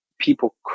people